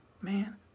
man